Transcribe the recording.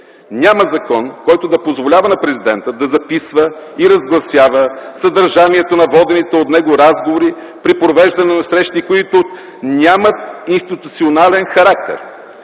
Няма закон, който да позволява на президента да записва и разгласява съдържанието на водените от него разговори при провеждане на срещи, които нямат институционален характер,